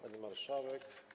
Pani Marszałek!